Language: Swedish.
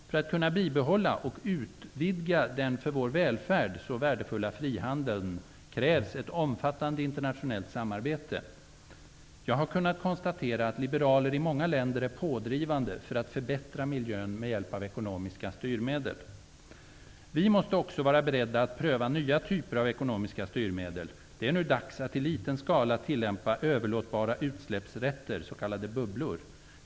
För att kunna bibehålla och utvidga den för vår välfärd så värdefulla frihandeln krävs ett omfattande internationellt samarbete. Jag har kunnat konstatera att liberaler i många länder är pådrivande för att förbättra miljön med hjälp av ekonomiska styrmedel. Vi måste också vara beredda att pröva nya typer av ekonomiska styrmedel. Det är nu dags att i liten skala tillämpa överlåtbara utsläppsrätter, s.k. bubblor.